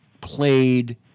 played